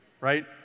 right